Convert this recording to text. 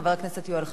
חבר הכנסת יואל חסון,